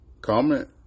Comment